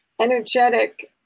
energetic